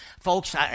Folks